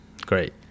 Great